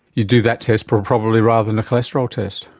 you'd do that test probably rather than a cholesterol test.